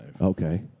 Okay